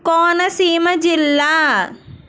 కోనసీమ జిల్లా